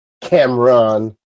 Cameron